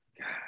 God